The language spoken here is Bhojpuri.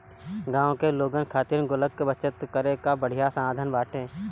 गांव के लोगन खातिर गुल्लक बचत करे कअ बढ़िया साधन बाटे